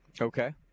Okay